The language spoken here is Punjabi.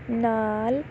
ਨਾਲ